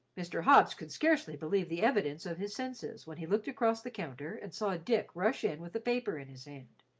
mr. hobbs could scarcely believe the evidence of his senses when he looked across the counter and saw dick rush in with the paper in his hand.